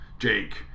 Jake